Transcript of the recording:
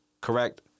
Correct